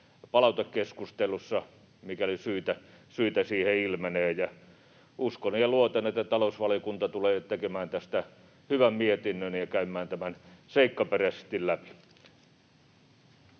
palautekeskustelussa, mikäli syitä siihen ilmenee, ja uskon ja luotan, että talousvaliokunta tulee tekemään tästä hyvän mietinnön ja käymään tämän seikkaperäisesti läpi.